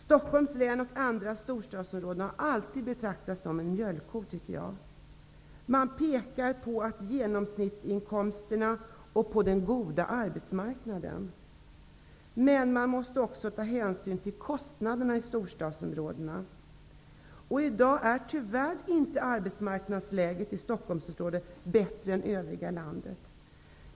Stockholms län, och andra storstadsområden, har alltid betraktats som en mjölkko. Man pekar på genomsnittsinkomsterna och på den goda arbetsmarknaden. Men, man måste också ta hänsyn till kostnaderna i storstadsområdena. I dag är tyvärr inte arbetsmarknadsläget i Stockholmsområdet bättre än i övriga landet.